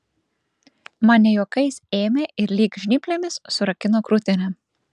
man ne juokais ėmė ir lyg žnyplėmis surakino krūtinę